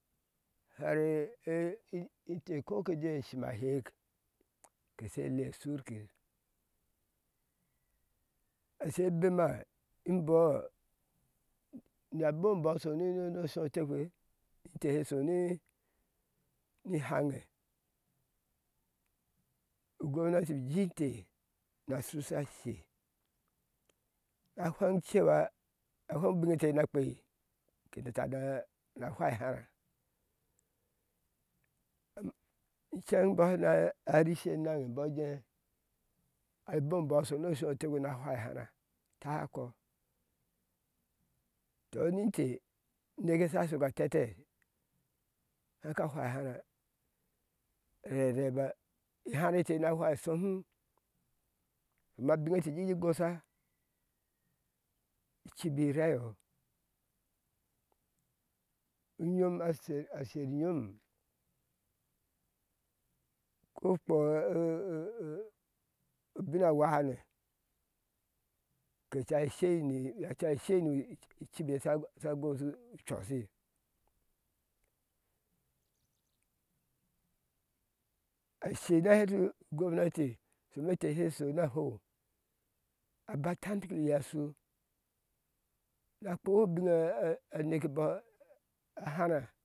Hɛre e in inte koke jee shima hɛɛk ke she le shurkir ashe bema embɔ na bombɔ a shono shoi otekpe inte he shoni ni haŋe ugounati uji inte na shushashe a fweŋ cewa a fweŋ te na kpei kede cána fwai e hárá am inceŋ bɔ na rishe enaŋe bɔɔ jee a bombo a shono sho otekepe na fwai e hara takɔ tɔnin te uneke ye sha shoka a tɛtɛ haka fwai ihara rɛrɛba iharate te na fwai shohum imak dumete she go sha icibi rɛyɔ unyom a sher a sher nyom ko kpɔ ɛɛ obina wahane ke ci shei nii a cai shei nii cibi eye sha sha goshu u cɔshii ashe na hɛti ugounati tun ente she shona hou aga tanki yir ashu na kpu ubin aneke bɔɔ a hárá